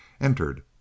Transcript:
entered